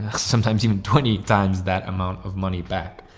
sometimes even twenty times that amount of money back.